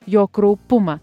jo kraupumą